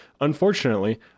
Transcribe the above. Unfortunately